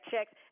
checks